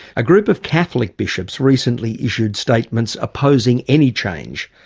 a group of catholic bishops recently issued statements opposing any change.